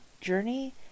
Journey